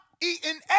eating